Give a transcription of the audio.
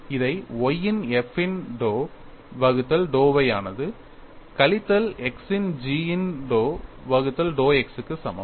இதை y இன் f இன் dou வகுத்தல் dou y ஆனது கழித்தல் x இன் g இன் dou வகுத்தல் dou x க்கு சமம்